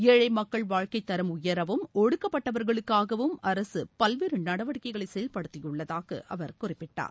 ஏழை மக்கள் வாழ்க்கை தரம் உயரவும் ஒடுக்கப்பட்டவர்களுக்காவும் அரசு பல்வேறு நடவடிக்கைகளை செயல்படுத்தியுள்ளதாக அவர் குறிப்பிட்டார்